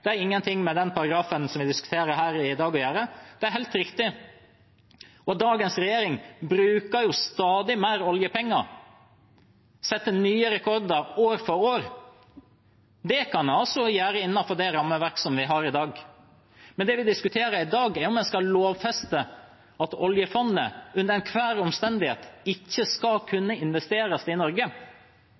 ingenting å gjøre med den paragrafen vi diskuterer her i dag. Det er helt riktig. Og dagens regjering bruker stadig mer oljepenger, setter nye rekorder år for år. Det kan en altså gjøre innenfor det rammeverket vi har i dag. Men det vi diskuterer i dag, er om en skal lovfeste at oljefondet, under enhver omstendighet, ikke skal kunne investeres i Norge